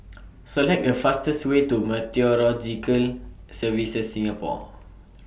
Select The fastest Way to Meteorological Services Singapore